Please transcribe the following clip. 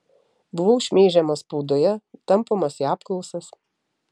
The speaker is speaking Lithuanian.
buvau šmeižiamas spaudoje tampomas į apklausas